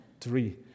three